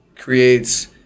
creates